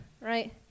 Right